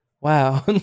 Wow